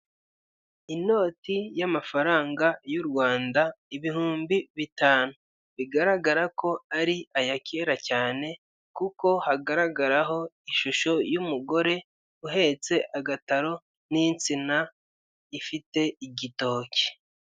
Inoti y'amafaranga y'u Rwanda ibihumbi bitanu. Bigaragara ko ari aya kera cyane, kuko hagaragaraho ishusho y'umugore uhetse agataro, n'insina ifite igitoki.